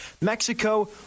Mexico